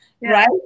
right